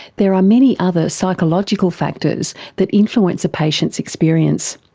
there are many other psychological factors that influence a patient's experience.